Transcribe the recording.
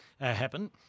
happen